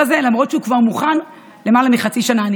הזה למרות שהוא כבר מוכן למעלה מחצי שנה.